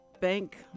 bank